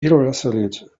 irresolute